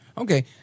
Okay